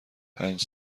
پنج